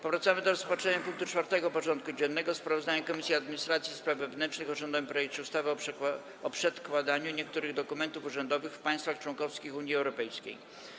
Powracamy do rozpatrzenia punktu 4. porządku dziennego: Sprawozdanie Komisji Administracji i Spraw Wewnętrznych o rządowym projekcie ustawy o przedkładaniu niektórych dokumentów urzędowych w państwach członkowskich Unii Europejskiej.